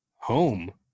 Home